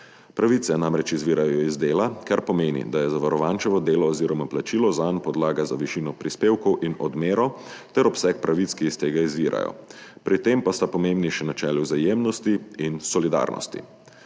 Pravice namreč izvirajo iz dela, kar pomeni, da je zavarovančevo delo oziroma plačilo zanj podlaga za višino prispevkov in odmero ter obseg pravic, ki iz tega izvirajo. Pri tem pa sta pomembni še načeli vzajemnosti in solidarnosti.